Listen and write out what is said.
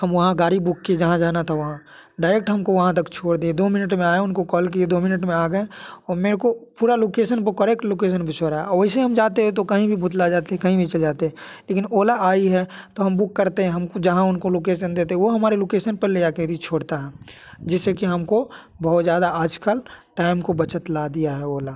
हम वहाँ गाड़ी बुक की जहाँ जाना था वहाँ डायरेक्ट हमको वहाँ तक छोड़ दे दो मिनट में आया उनको कॉल किए दो मिनट में आ गए और मेरे को पूरा लोकेशन बुक करेक्ट लोकेशन पे छोड़ा और वैसे हम जाते हैं तो कही भी जाते हैं कहीं भी चले जाते हैं लेकिन ओला आई है तो हम बुक करते हैं जहाँ हमको लोकेशन देते हैं वो हमारे लोकेशन पे ले जाके छोड़ता है जिससे कि हमको बहुत ज़्यादा आजकल टाइम को बचत ला दिया है ओला